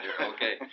okay